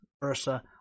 versa